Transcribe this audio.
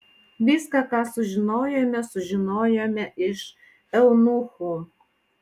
viską ką sužinojome sužinojome iš eunuchų